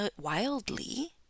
wildly